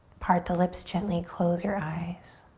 part the lips gently. close your eyes.